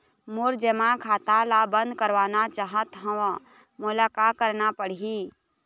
मोर जमा खाता ला बंद करवाना चाहत हव मोला का करना पड़ही?